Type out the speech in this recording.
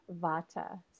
Vata